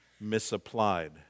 misapplied